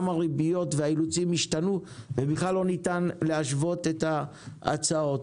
הריביות והאילוצים השתנו ובכלל לא ניתן להשוות את ההצעות.